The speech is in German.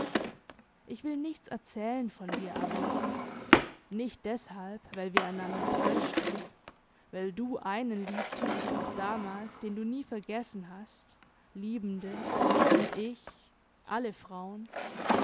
ich will nichts erzählen von dir abelone nicht deshalb weil wir einander täuschten weil du einen liebtest auch damals den du nie vergessen hast liebende und ich alle frauen